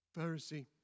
Pharisee